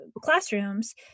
classrooms